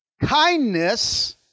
kindness